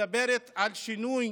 מדברת על שינוי